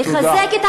לחזק,